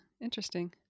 Interesting